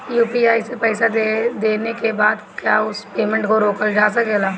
UPI से पईसा देने के बाद क्या उस पेमेंट को रोकल जा सकेला?